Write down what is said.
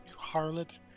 Harlot